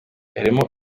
yarimo